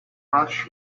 rush